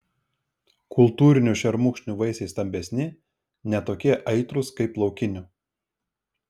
kultūrinių šermukšnių vaisiai stambesni ne tokie aitrūs kaip laukinių